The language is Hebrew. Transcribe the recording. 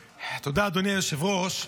תודה, אדוני היושב-ראש.